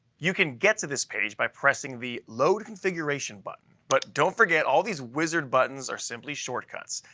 you can get to this page by pressing the load configuration button but don't forget all these wizard buttons are simply shortcuts.